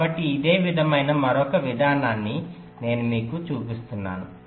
కాబట్టి ఇదే విధమైన మరొక విధానాన్ని నేను మీకు చూపిస్తున్నాను